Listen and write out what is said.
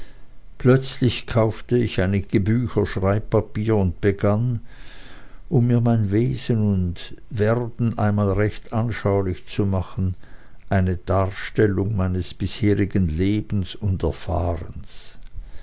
plötzlich kaufte ich einige bücher schreibpapier und begann um mir mein werden und wesen einmal recht anschaulich zu machen eine darstellung meines bisherigen lebens